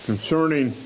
Concerning